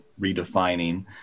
redefining